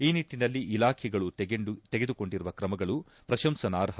ಈ ನಿಟ್ಟನಲ್ಲಿ ಇಲಾಖೆಗಳು ತೆಗೆದುಕೊಂಡಿರುವ ತ್ರಮಗಳು ಪ್ರಶಂಸಾರ್ಹ